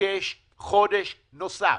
מבקש חודש נוסף.